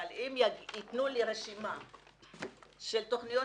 אבל אם יתנו לי רשימה של תוכניות